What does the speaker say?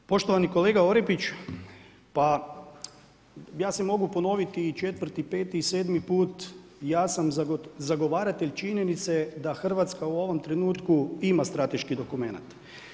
Poštovani kolega Orepić, pa ja se mogu ponoviti po 4, 5 i 7 put, ja sam zagovaratelj činjenice da Hrvatska u ovom trenutku ima strateški dokumenat.